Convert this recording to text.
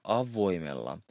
avoimella